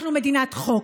אנחנו מדינת חוק.